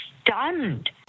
stunned